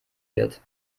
wird